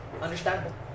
Understandable